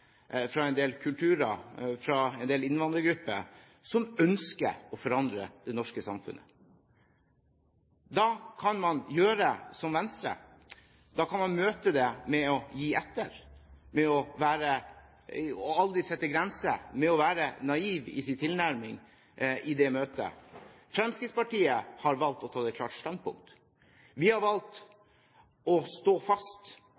fra en del kulturer – fra en del innvandrergrupper – som ønsker å forandre det norske samfunnet. Da kan man gjøre som Venstre. Da kan man møte det med å gi etter og aldri sette grenser – med å være naiv i sin tilnærming i det møtet. Fremskrittspartiet har valgt å ta et klart standpunkt. Vi har valgt å stå fast